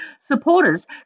Supporters